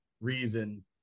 reason